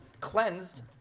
cleansed